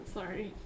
Sorry